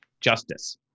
justice